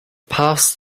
past